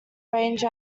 rage